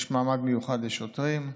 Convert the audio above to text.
יש מעמד מיוחד לשוטרים.